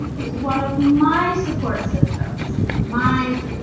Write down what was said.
it's one of my support systems my